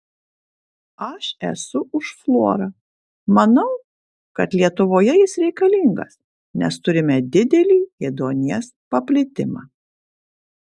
aš esu už fluorą manau kad lietuvoje jis reikalingas nes turime didelį ėduonies paplitimą